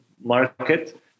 market